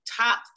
top